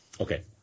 Okay